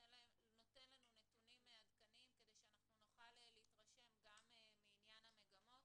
שנותן לנו נתונים עדכניים כדי שאנחנו נוכל להתרשם גם מעניין המגמות.